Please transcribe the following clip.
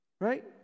Right